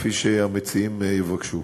כפי שהמציעים יבקשו.